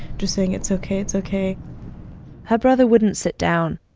just saying, it's ok, it's ok her brother wouldn't sit down.